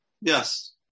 Yes